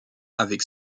avec